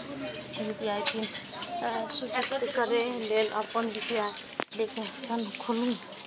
UPI PIN सृजित करै लेल अपन यू.पी.आई एप्लीकेशन खोलू